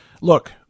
look